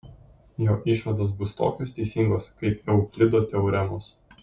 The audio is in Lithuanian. jo išvados bus tokios teisingos kaip euklido teoremos